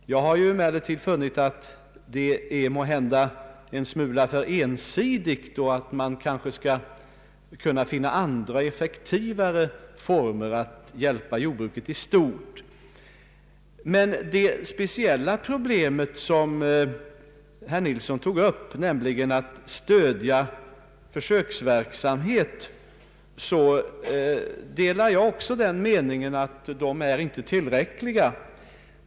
Jag har emellertid funnit att detta måhända är en smula för ensidigt, och att man bör kunna finna andra och mer effektiva former för att hjälpa jordbruket i stort. Beträffande det speciella problem som herr Nilsson tog upp, nämligen att stödja försöksverksamheten, delar jag hans uppfattning att detta stöd inte är tillräckligt.